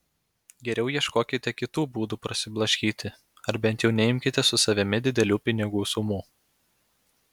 geriau ieškokite kitų būdų prasiblaškyti ar bent jau neimkite su savimi didelių pinigų sumų